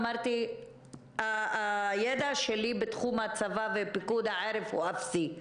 אמרתי שהידע שלי בתחום הצבא ופיקוד העורף הוא אפסי.